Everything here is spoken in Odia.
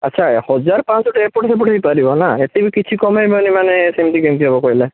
ଆଚ୍ଛା ହଜାର ପାଞ୍ଚ ଶହଟେ ଏପଟ ସେପଟ ହେଇପାରିବନା ଏତିକି କିଛି କମାଇପାରିବେନି ସେମିତି କେମିତି ହେବ କହିଲେ